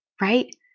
right